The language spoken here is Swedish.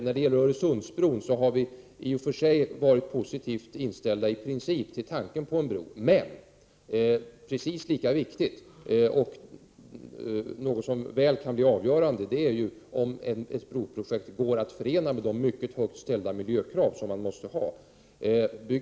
När det gäller Öresundsbron har vi i princip varit positivt inställda till tanken på en bro, men precis lika viktigt, och något som mycket väl kan bli avgörande, är om ett broprojekt går att förena med de mycket höga miljökrav som måste ställas.